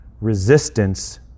resistance